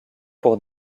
pour